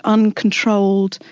uncontrolled,